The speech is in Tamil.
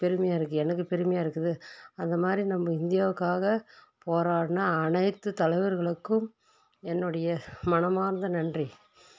பெருமையாக இருக்குது எனக்கு பெருமையாக இருக்குது அந்த மாதிரி நம்ப இந்தியாவுக்காக போராடின அனைத்து தலைவர்களுக்கும் என்னுடைய மனமார்ந்த நன்றி